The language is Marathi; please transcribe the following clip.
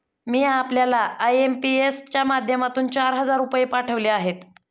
मी आपल्याला आय.एम.पी.एस च्या माध्यमातून चार हजार रुपये पाठवले आहेत